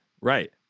right